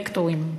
לקטורים.